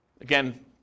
Again